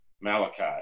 Malachi